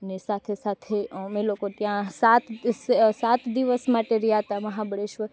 ને સાથે સાથે અમે લોકો ત્યાં સાત સાત દિવસ માટે રહ્યાં હતાં મહાબળેશ્વર